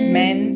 men